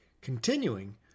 Continuing